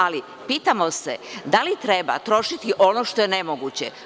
Ali, pitamo se da li treba trošiti ono što je nemoguće.